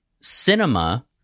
cinema